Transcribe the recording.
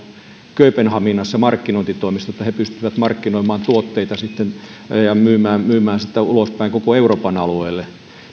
kööpenhaminassa markkinointitoimisto että he pystyvät markkinoimaan tuotteita ja myymään niitä ulospäin koko euroopan alueelle